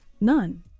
none